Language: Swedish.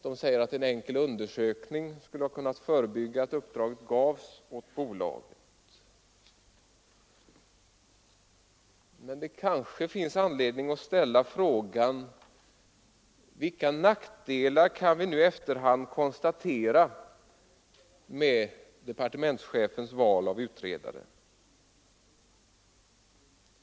De säger att en enkel undersökning skulle kunnat förebygga att uppdraget gavs åt detta bolag. Men det kanske finns anledning att ställa frågan: Vilka nackdelar kan vi nu i efterhand konstatera genom departementschefens val av utredare?